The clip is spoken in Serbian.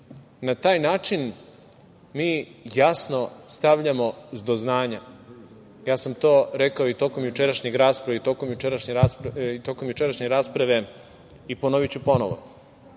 Na taj način mi jasno stavljamo do znanja. Ja sam to rekao i tokom jučerašnje rasprave i ponoviću ponovo,